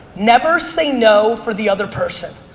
never say no for the other person.